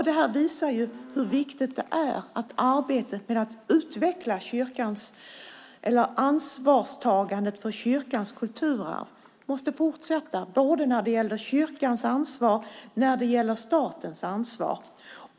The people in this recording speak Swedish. Det här visar ju hur viktigt det är att arbetet med att utveckla ansvarstagandet för kyrkans kulturarv fortsätter, både när det gäller kyrkans ansvar och när det gäller statens ansvar.